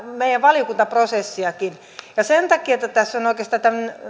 meidän valiokuntaprosessiakin sen takia tässä oikeastaan